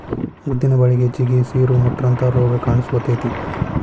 ಉದ್ದಿನ ಬಳಿಗೆ ಜಿಗಿ, ಸಿರು, ಮುಟ್ರಂತಾ ರೋಗ ಕಾನ್ಸಕೊತೈತಿ